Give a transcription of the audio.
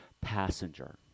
passenger